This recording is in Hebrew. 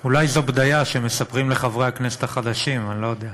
אולי זו בדיה שמספרים לחברי הכנסת החדשים ואני לא יודע.